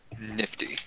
Nifty